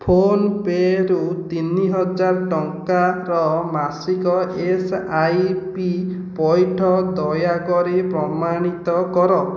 ଫୋନ୍ପେରୁ ତିନି ହଜାର ଟଙ୍କାର ମାସିକ ଏସ୍ ଆଇ ପି ପଇଠ ଦୟାକରି ପ୍ରମାଣିତ କର